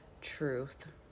Truth